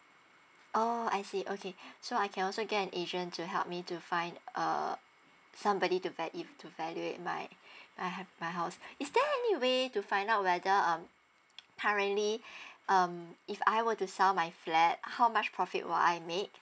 orh I see okay so I can also get an agent to help me to find uh somebody to val~ it to valuate my my hou~ my house is there anyway to find out whether um currently um if I were to sell my flat how much profit will I made